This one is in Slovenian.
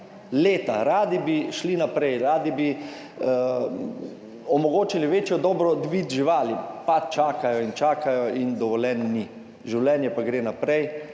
leta. Radi bi šli naprej, radi bi omogočili večjo dobro dvig živali, pa čakajo in čakajo in dovoljenj ni, življenje pa gre naprej,